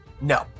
No